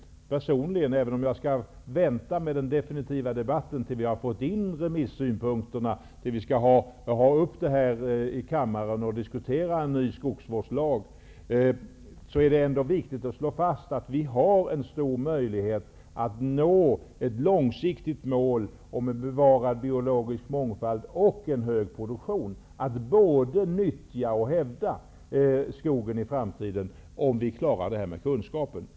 Även om jag vill vänta med den definitiva debatten tills vi har fått in remissynpunkterna och i kammaren diskuterat en ny skogsvårdslag, tycker jag ändå att det är viktigt att nu slå fast att vi har stora möjligheter att nå ett långsiktigt mål med bevarad biologisk mångfald och en hög produktion, att både utnyttja och rädda skogen i framtiden, om vi klarar det här med kunskaper.